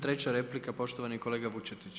Treća replika poštovani kolega Vučetić.